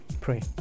Pray